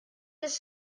this